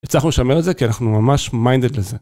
הצלחנו לשמר את זה כי אנחנו ממש מיינדד לזה.